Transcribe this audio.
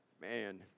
Man